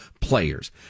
players